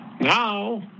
now